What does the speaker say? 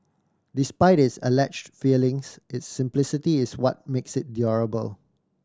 despite its allege failings its simplicity is what makes it durable